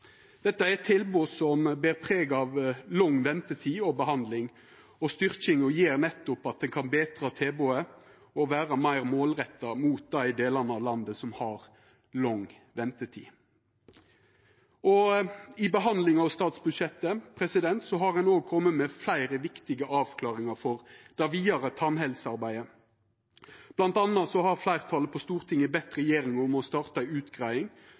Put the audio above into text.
Dette er eit tilbod som ber preg av lang ventetid på behandling, og styrkinga gjer at ein kan betra tilbodet og vera meir målretta mot dei delane av landet som har lang ventetid. I samband med behandlinga av statsbudsjettet har ein òg kome med fleire viktige avklaringar for det vidare tannhelsearbeidet. Blant anna har fleirtalet på Stortinget bedt regjeringa om å starta ei utgreiing